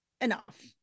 enough